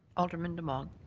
alderman demong.